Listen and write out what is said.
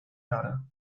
daughter